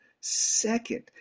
Second